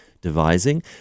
devising